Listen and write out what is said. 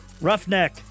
Roughneck